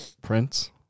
Prince